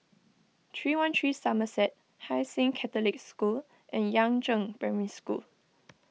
three one three Somerset Hai Sing Catholic School and Yangzheng Primary School